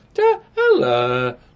Hello